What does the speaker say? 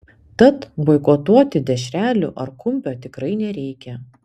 tad boikotuoti dešrelių ar kumpio tikrai nereikia